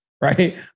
Right